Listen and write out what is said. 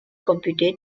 completed